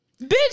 Bitch